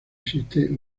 existe